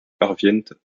parviennent